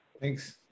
Thanks